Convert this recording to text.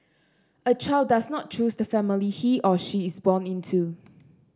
a child does not choose the family he or she is born into